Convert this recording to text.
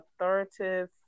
authoritative